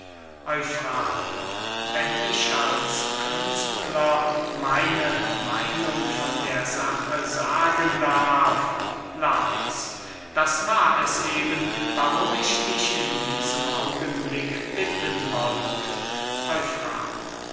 wenn ich als künstler meine meinung von der sache sagen darf lais das war es eben warum ich dich in diesem augenblick bitten wollte